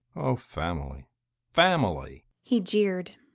oh, family family! he jeered.